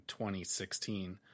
2016